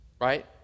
right